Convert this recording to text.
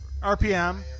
RPM